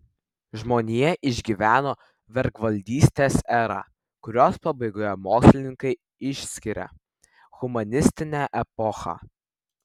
žmonija išgyveno vergvaldystės erą kurios pabaigoje mokslininkai išskiria humanistinę epochą